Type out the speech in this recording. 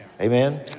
Amen